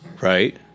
right